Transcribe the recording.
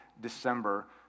December